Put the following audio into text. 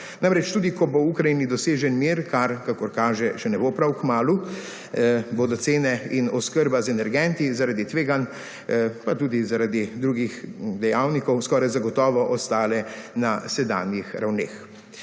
Namreč tudi, ko bo v Ukrajini dosežen mir, kar kakor kaže še ne bo prav kmalu bodo cene in oskrba z energenti, zaradi tveganj pa tudi, zaradi drugih dejavnikov skoraj zagotovo ostale na sedanjih ravneh.